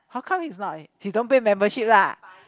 how come he is not leh he don't pay membership lah